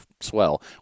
swell